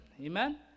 Amen